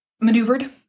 maneuvered